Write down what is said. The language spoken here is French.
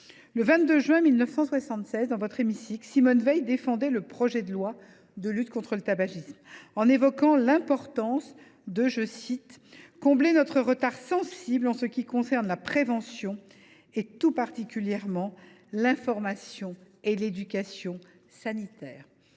Le 22 juin 1976, dans cet hémicycle, Simone Veil défendait le projet de loi de lutte contre le tabagisme, en évoquant l’importance de combler notre « retard sensible en ce qui concerne la prévention et, tout particulièrement, l’information et l’éducation sanitaires ».